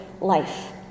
life